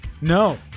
No